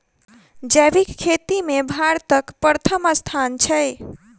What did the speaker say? जैबिक खेती मे भारतक परथम स्थान छै